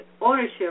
ownership